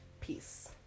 peace